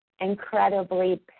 incredibly